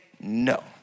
no